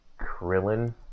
Krillin